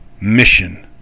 Mission